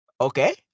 Okay